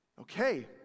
Okay